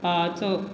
पाच